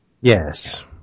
Yes